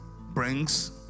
brings